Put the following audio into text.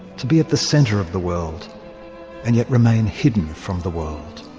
to be at the centre of the world and yet remain hidden from the world.